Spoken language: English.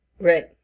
Right